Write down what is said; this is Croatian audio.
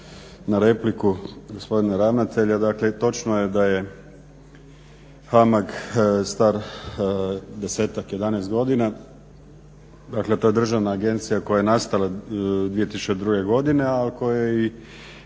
na repliku gospodina ravnatelja, dakle točno je da je HAMAG star 10-ak, 11 godina. Dakle, to je državna agencija koja je nastala 2002. godine, a koja je i